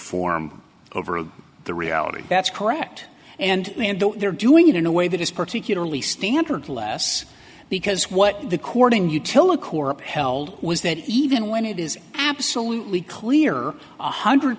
form over the reality that's correct and they're doing it in a way that is particularly standard less because what the chording utility or upheld was that even when it is absolutely clear one hundred